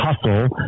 hustle